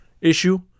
issue